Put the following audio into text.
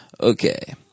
Okay